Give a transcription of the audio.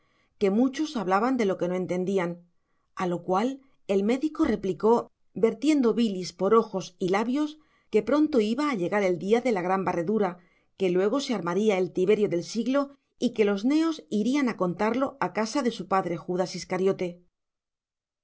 que muchos hablaban de lo que no entendían a lo cual el médico replicó vertiendo bilis por ojos y labios que pronto iba a llegar el día de la gran barredura que luego se armaría el tiberio del siglo y que los neos irían a contarlo a casa de su padre judas iscariote